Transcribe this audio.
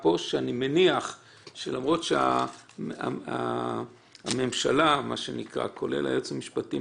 פה שאני מניח שלמרות שהממשלה כולל היועץ המשפטי